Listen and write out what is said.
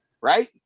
Right